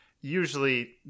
Usually